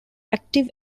active